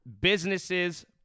businesses